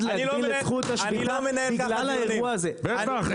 להגביל את זכות השביתה בגלל האירוע הזה --- בטח,